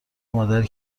مادری